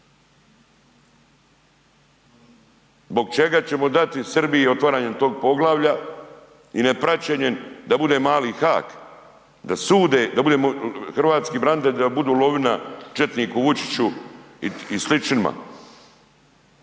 Zbog čega ćemo dati Srbiji otvaranje tog poglavlja i ne praćenje da bude mali Hag, da sude, da budemo hrvatski branitelji da budu lovina četniku Vučiću i